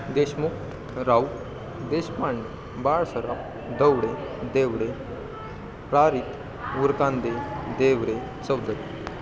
देशमुख राऊ देशपां बाळसराव दवडे देवडे प्रारित वुरकांदे देवरे चौदरी